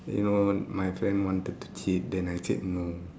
than you know my friend wanted to cheat than I said no